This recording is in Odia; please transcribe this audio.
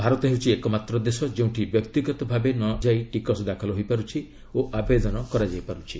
ଭାରତ ହେଉଛି ଏକମାତ୍ର ଦେଶ ଯେଉଁଠି ବ୍ୟକ୍ତିଗତ ଭାବେ ନଯାଇ ଟିକସ ଦାଖଲ ହୋଇପାର୍ରଛି ଓ ଆବେଦନ କରାଯାଇ ପାର୍ରଛି